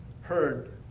heard